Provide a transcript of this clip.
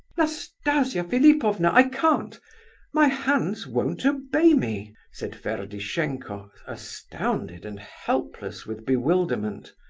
nastasia philipovna, i can't my hands won't obey me, said ferdishenko, astounded and helpless with bewilderment.